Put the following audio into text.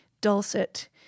dulcet